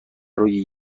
روی